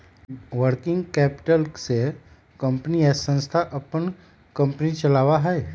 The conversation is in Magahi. वर्किंग कैपिटल से कंपनी या संस्था अपन कंपनी चलावा हई